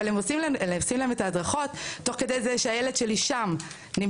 אבל הם עושים להם את ההדרכות תוך כדי זה שהילד שלי שם נמצא,